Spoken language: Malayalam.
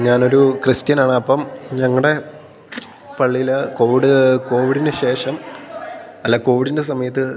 ഞാനൊരു ക്രിസ്ത്യനാണ് അപ്പം ഞങ്ങളുടെ പള്ളിയിൽ കോവിഡ് കോവിഡിനുശേഷം അല്ല കോവിഡിൻ്റെ സമയത്ത്